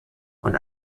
und